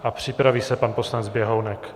A připraví se pan poslanec Běhounek.